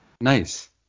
Nice